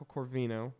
Corvino